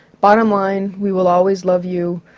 bottom line we will always love you.